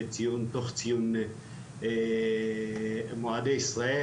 תוך ציון מועדי ישראל